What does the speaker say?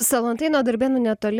salantai nuo darbėnų netoli